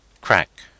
CRACK